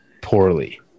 poorly